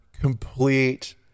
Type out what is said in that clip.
complete